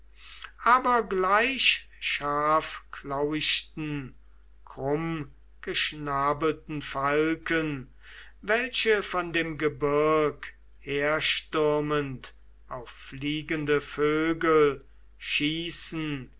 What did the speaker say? aber gleich scharfklauichten krummgeschnabelten falken welche von dem gebirg herstürmend auf fliegende vögel schießen